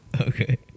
Okay